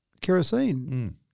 kerosene